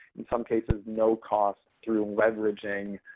in some cases, no cost through leveraging